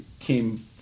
came